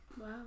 wow